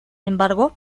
embargo